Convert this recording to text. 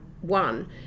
one